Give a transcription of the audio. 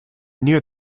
near